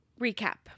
recap